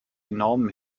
enormen